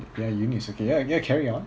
ya eunice okay ya I get you carry on